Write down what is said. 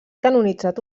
canonitzat